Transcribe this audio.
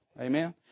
Amen